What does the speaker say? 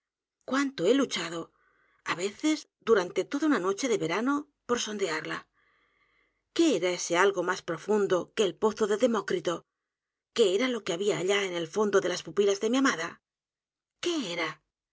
cuánto he luchado á veces durante toda una noche de verano por sondearla qué era ese algo más profundo que el pozo de demócrito qué era lo que había allá en el fondo de las pupilas de mi amada qué era